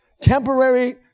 Temporary